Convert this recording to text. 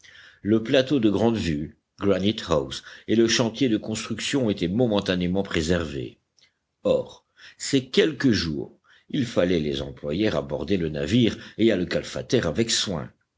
le plateau de grandevue granite house et le chantier de construction étaient momentanément préservés or ces quelques jours il fallait les employer à border le navire et à le calfater avec soin